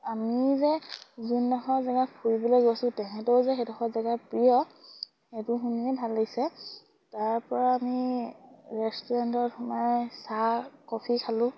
আমি যে যোনডোখৰ জেগা ফুৰিবলৈ গৈছোঁ তেহেঁতেও যে সেইডোখৰ জেগা প্ৰিয় সেইটো শুনিয়ে ভাল লাগিছে তাৰ পৰা আমি ৰেষ্টুৰেণ্টত সোমাই চাহ কফি খালোঁ